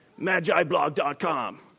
Magiblog.com